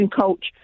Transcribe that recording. coach